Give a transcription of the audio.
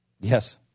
Yes